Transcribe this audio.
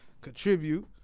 contribute